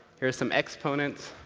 here's some exponents,